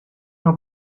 una